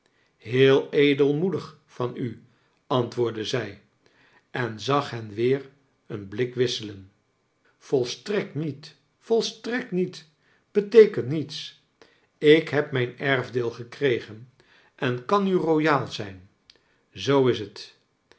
heel edelmoedig van u antwoordde zij en zag hen weer een blik wisselen volstrekt niet volstrekt niet beteekent niets ik heb mijn erfdeel gekregen en kan nu royaal zijn zoo is het